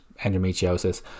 endometriosis